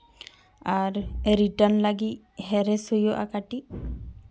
ᱟᱨ return ᱞᱟᱹᱜᱤᱫ ᱦᱮᱨᱮᱥ ᱦᱩᱭᱩᱜᱼᱟ ᱠᱟᱹᱴᱤᱡ